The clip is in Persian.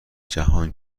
جهان